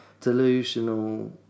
delusional